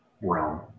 realm